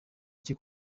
iki